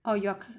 oh you are